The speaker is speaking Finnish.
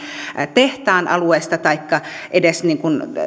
tehtaan alueen taikka edes